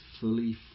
fully